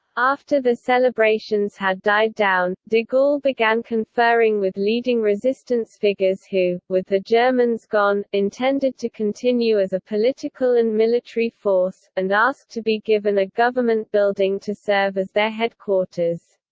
after the celebrations had died down, de gaulle began conferring with leading resistance figures who, with the germans gone, intended to continue as a political and military force, and asked to be given a government building to serve as their headquarters.